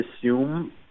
assume